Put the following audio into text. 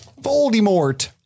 voldemort